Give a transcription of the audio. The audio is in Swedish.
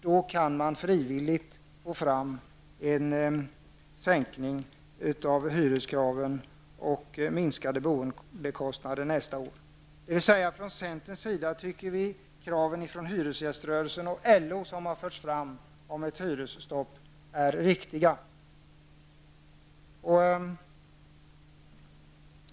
Då kan man frivilligt få fram en sänkning av hyreskraven och minskade boendekostnader nästa år. Från centerns sida tycker vi att kraven som har förts fram från hyresgäströrelsen och LO om ett hyresstopp är riktiga.